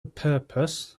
purpose